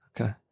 Okay